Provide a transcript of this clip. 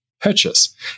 purchase